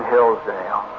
Hillsdale